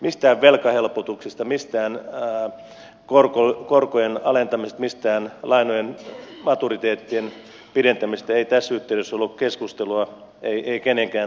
mistään velkahelpotuksista mistään korkojen alentamisesta mistään lainojen maturiteettien pidentämisestä ei tässä yhteydessä ollut keskustelua ei kenenkään toimesta